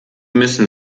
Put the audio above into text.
müssen